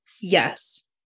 yes